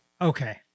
Okay